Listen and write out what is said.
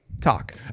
talk